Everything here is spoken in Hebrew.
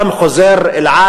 "אל על"